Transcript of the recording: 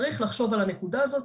צריך לחשוב על הנקודה הזאת.